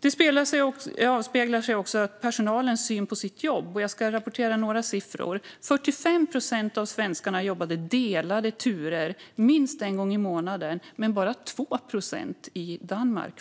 Det avspeglar sig också i personalens syn på sitt jobb. Jag ska rapportera några siffror. Det var 45 procent av svenskarna som jobbade delade turer minst en gång i månaden men bara 2 procent i Danmark.